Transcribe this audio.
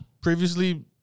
previously